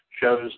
shows